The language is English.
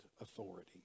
authority